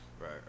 right